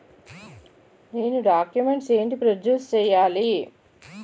నేను డాక్యుమెంట్స్ ఏంటి ప్రొడ్యూస్ చెయ్యాలి?